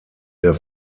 der